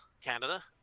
Canada